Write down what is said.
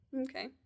Okay